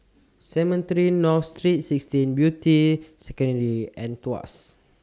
Cemetry North Saint sixteen Beatty Secondary and Tuas